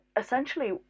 essentially